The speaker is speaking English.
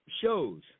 shows